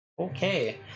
Okay